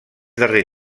darrer